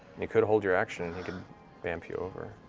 you could hold your action and he could bamf you over.